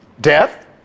death